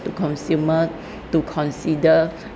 the consumer to consider